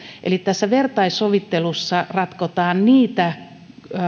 eli vertaissovittelussa ratkotaan niitä